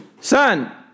son